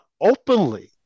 openly